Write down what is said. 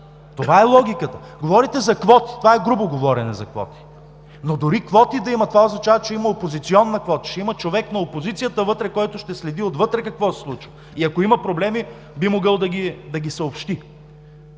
Това е логиката. Говорите за квоти. Това е грубо говорене за квоти, но дори да има квоти, това означава, че има опозиционна квота – ще има човек на опозицията, който ще следи отвътре какво се случва. Ако има проблеми, би могъл да ги съобщи.